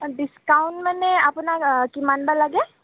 discount মানে আপোনাক কিমান বা লাগে